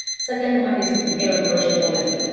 second one is the error correction policy.